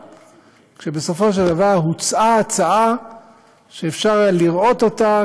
כשבסופו של דבר הוצעה ההצעה שאפשר היה לראות אותה